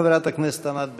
חברת הכנסת ענת ברקו.